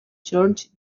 church